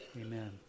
Amen